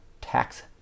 Tax